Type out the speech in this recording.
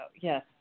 yes